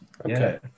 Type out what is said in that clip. Okay